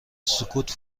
سکوت